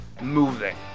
moving